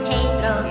Pedro